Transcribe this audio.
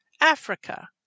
Africa